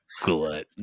glut